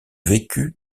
vécu